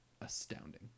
astounding